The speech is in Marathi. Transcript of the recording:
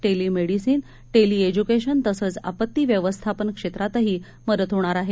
टेलिमेडिसीन टेलिएज्यूकेशन तसंच आपत्ती व्यवस्थापन क्षेत्रातही मदत होणार आहे